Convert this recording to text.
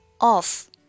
off